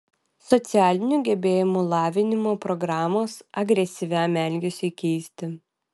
socialinių gebėjimų lavinimo programos agresyviam elgesiui keisti